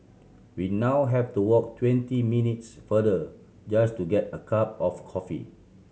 we now have to walk twenty minutes farther just to get a cup of coffee